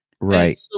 Right